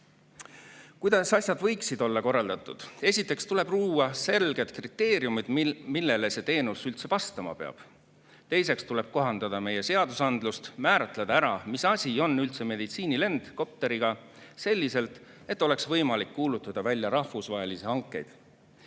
Kuidas asjad võiksid olla korraldatud? Esiteks tuleb luua selged kriteeriumid, millele see teenus peab vastama. Teiseks tuleb kohandada meie seadusandlust, määratleda ära, mis asi on üldse meditsiinilend kopteriga, selliselt, et oleks võimalik kuulutada välja rahvusvahelisi hankeid.